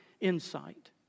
insight